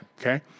okay